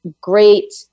great